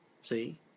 See